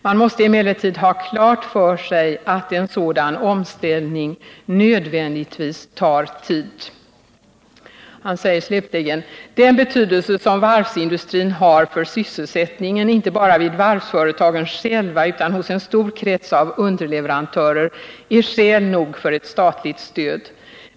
Man måste emellertid ha klart för sig att en sådan omställning nödvändigtvis tar tid.” Lars-Erik Thunholm säger slutligen: ”Den betydelse som varvsindustrin har för sysselsättningen inte bara vid varvsföretagen själva utan hos en stor krets av underleverantörer är skäl nog för ett statligt stöd.